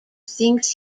thinks